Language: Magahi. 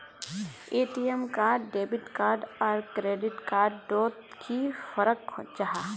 ए.टी.एम कार्ड डेबिट कार्ड आर क्रेडिट कार्ड डोट की फरक जाहा?